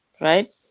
Right